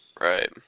Right